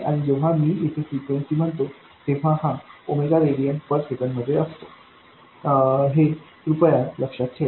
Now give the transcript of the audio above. आणि जेव्हा मी येथे फ्रिक्वेन्सी म्हणतो तेव्हा हा रेडियन पर सेकंदमध्ये असतो हे कृपया लक्षात ठेवा